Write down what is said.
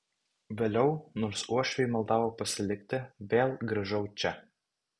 vėliau nors uošviai maldavo pasilikti vėl grįžau čia